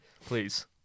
Please